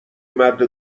مرد